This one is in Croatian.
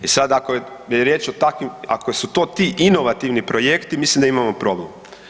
I sad ako je riječ o takvim, ako su to ti inovativni projekti, mislim da imamo problem.